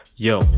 Yo